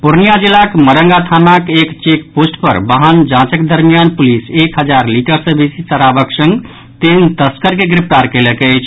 पूर्णियां जिलाक मरंगा थानाक एक चेकपोस्ट पर वाहन जांचक दरमियान पुलिस एक हजार लीटर सँ बेसी शराबक संग तीन तस्कर के गिरफ्तार कयलक अछि